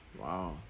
wow